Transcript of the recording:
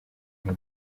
nka